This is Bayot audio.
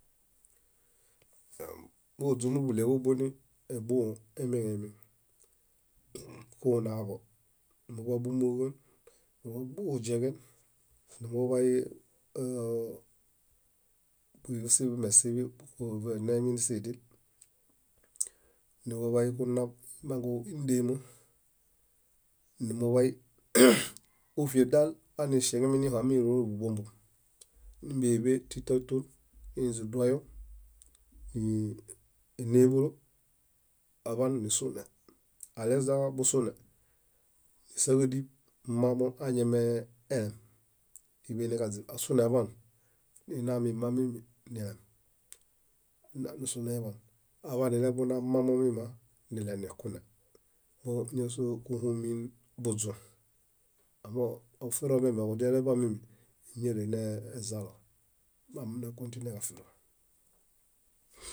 . Buḃuźũ nuḃuɭeġu buni, ébõho emieŋemien. Kunaḃo, muḃabumbuġan, muḃabubõġudieġen, numuḃay ee- bíḃi busiḃimesiḃi nuḃumeininisidil, numuḃay kunab imangu índeema, numuḃay kúfiedal aniŝieŋemiġo ámilõḃubombom. Nímbeiḃe títaton iniźiduoyom, níneḃolo aḃaan nisune. Aleźaḃusune, nísaġadi mamo añamee elem níḃeniġaźib. Asune aḃaan, nina mima mími nilem, naanisuneḃaan, aḃanileḃuna mamomima niɭenikune. Móñasoo kúhumin buźũ. Amooġo ofiromiame kudialeḃaan mími, éñiale nezalo mámunakotineġafiro.